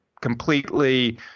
completely